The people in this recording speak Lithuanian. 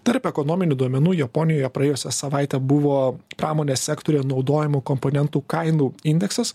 tarp ekonominių duomenų japonijoje praėjusią savaitę buvo pramonės sektoriuje naudojamų komponentų kainų indeksas